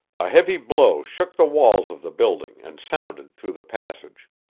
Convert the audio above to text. a heavy blow shook the walls of the building and sounded through the passage.